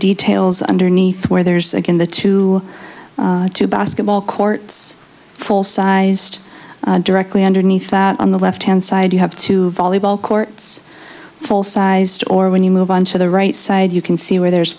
details underneath where there's again the two two basketball courts full sized directly underneath that on the left hand side you have two volleyball courts full sized or when you move on to the right side you can see where there's